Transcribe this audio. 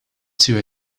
too